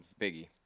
Biggie